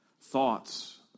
thoughts